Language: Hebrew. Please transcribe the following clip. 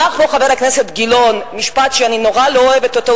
אמר פה חבר הכנסת גילאון משפט שאני נורא לא אוהבת אותו,